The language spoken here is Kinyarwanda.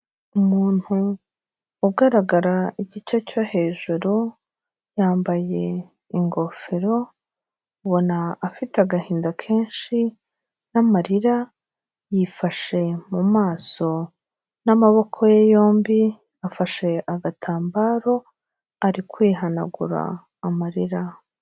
Umuntu ugaragara igice cyo hejuru, yambaye ingofero, ubona afite agahinda kenshi n'amarira, yifashe mu maso n'amaboko ye yombi, afashe agatambaro, ari kwihanagura amarira.